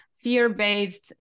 fear-based